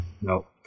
no